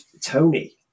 Tony